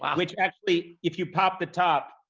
which actually, if you pop the top,